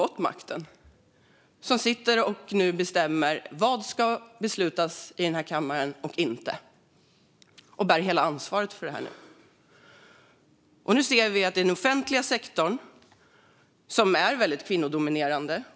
Det är de som nu sitter och bestämmer vad som ska beslutas i den här kammaren och som bär hela ansvaret för detta. Men nu ser vi att det ska skäras i välfärden och den offentliga sektorn, som ju är väldigt kvinnodominerad.